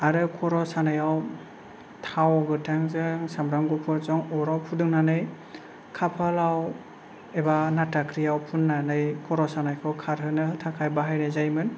आरो खर' सानायाव थाव गोथांजों सामब्राम गुफुरजों अराव फुदुंनानै खाफालाव एबा नाथाख्रिआव फुननानै खर' सानायखौ खारहोनो थाखाय बाहायनाय जायोमोन